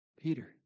Peter